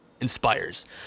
inspires